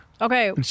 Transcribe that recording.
Okay